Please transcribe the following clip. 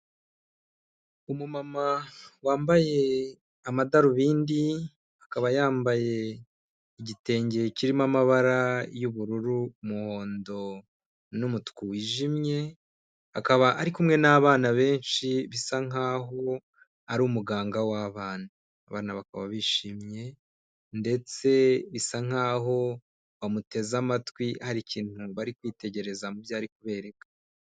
Umumama wambaye amadarubindi akaba yambaye igitenge kirimo amabara y'ubururu, umuhondotuku wijimye, akaba ari kumwe n'abana benshi bisa nkaho ari umuganga w'abanaba, abana bakaba bishimye ndetse bisa nkaho bamuteze amatwi hari ikintu bari kwitegereza mu byo ari kubereka.